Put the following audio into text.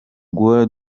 guhora